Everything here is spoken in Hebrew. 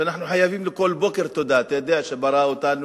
שאנחנו חייבים לו כל בוקר תודה על שברא אותנו,